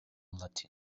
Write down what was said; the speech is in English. latin